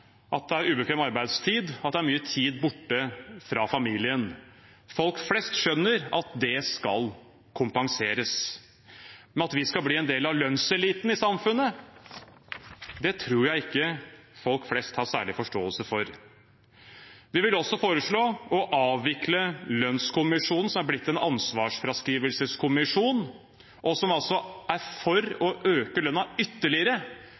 at det er ubekvem arbeidstid, og at det er mye tid borte fra familien. Folk flest skjønner at det skal kompenseres. Men at vi skal bli en del av lønnseliten i samfunnet, tror jeg ikke folk flest har særlig forståelse for. Vi vil også foreslå å avvikle lønnskommisjonen, som er blitt en ansvarsfraskrivelseskommisjon, og som altså er for å øke lønnen ytterligere,